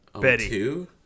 Betty